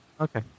Okay